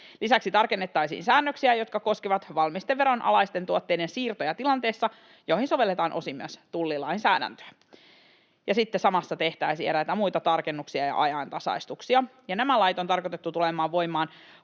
Lisäksi tarkennettaisiin säännöksiä, jotka koskevat valmisteveron alaisten tuotteiden siirtoja tilanteissa, joihin sovelletaan osin myös tullilainsäädäntöä. Ja sitten samassa tehtäisiin eräitä muita tarkennuksia ja ajantasaistuksia. Nämä lait on tarkoitettu tulemaan voimaan